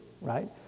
right